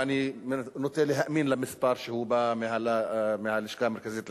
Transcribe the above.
ואני נוטה להאמין למספר שבא מהלשכה המרכזית לסטטיסטיקה,